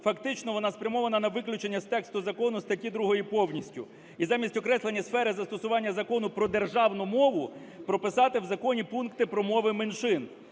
Фактично вона спрямована на виключення з тексту закону статті 2 повністю. І замість "окреслені сфери застосування Закону про державну мову" прописати в законі пункти про мови меншин.